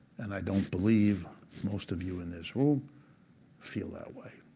and i don't believe most of you in this room feel that way.